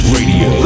Radio